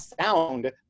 sound